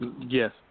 Yes